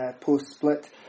Post-split